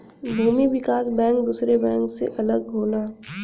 भूमि विकास बैंक दुसरे बैंक से अलग होला